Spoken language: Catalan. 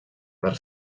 per